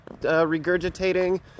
regurgitating